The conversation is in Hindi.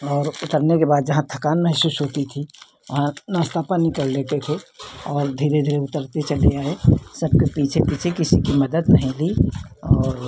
और उतरने के बाद जहाँ थकान महसूस होती थी वहाँ नास्ता पानी कर लेते थे और धीरे धीरे उतरते चले आए सबके पीछे पीछे किसी की मदद नहीं ली और